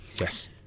Yes